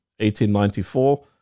1894